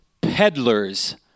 peddlers